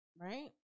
Right